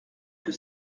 que